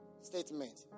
statement